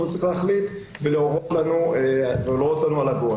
שהוא צריך להחליט ולהורות לנו על ה-GO.